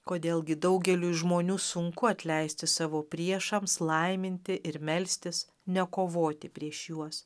kodėl gi daugeliui žmonių sunku atleisti savo priešams laiminti ir melstis nekovoti prieš juos